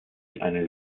eine